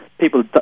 People